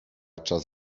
czas